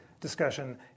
discussion